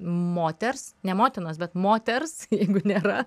moters ne motinos bet moters jeigu nėra